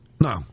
No